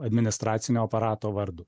administracinio aparato vardu